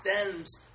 stems